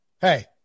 hey